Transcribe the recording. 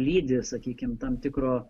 lydi sakykim tam tikro